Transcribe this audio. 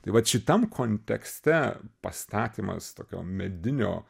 tai vat šitam kontekste pastatymas tokio medinio